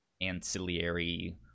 ancillary